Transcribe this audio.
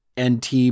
NT